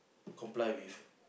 comply with